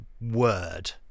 Word